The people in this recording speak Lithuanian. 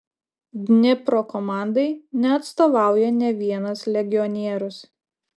dnipro komandai neatstovauja nė vienas legionierius